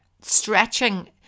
stretching